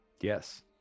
yes